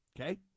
okay